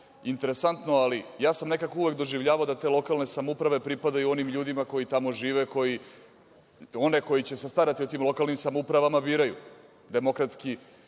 Interesantno, ali ja sam nekako uvek doživljavao da te lokalne samouprave pripadaju onim ljudima koji tamo žive, koji one koji će se starati o tim lokalnim samoupravama biraju, demokratski